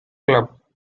club